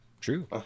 true